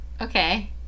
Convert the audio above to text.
Okay